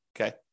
okay